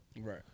Right